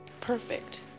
perfect